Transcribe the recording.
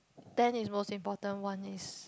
than it's most important one is